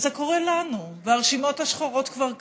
זה קורה לנו, הרשימות השחורות כבר כאן.